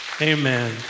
Amen